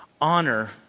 Honor